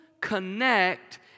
connect